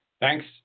thanks